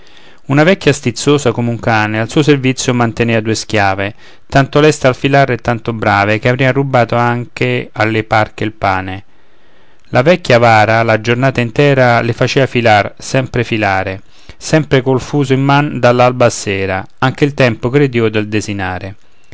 una vecchia stizzosa come un cane al suo servizio mantenea due schiave tanto leste al filare e tanto brave che avrian rubato anche alle parche il pane la vecchia avara la giornata intera le faceva filar sempre filare sempre col fuso in man dall'alba a sera anche il tempo cred'io del desinare